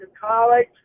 college